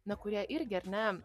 na kurie irgi ar ne